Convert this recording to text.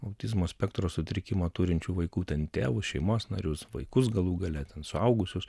autizmo spektro sutrikimą turinčių vaikų tėvus šeimos narius vaikus galų gale ten suaugusius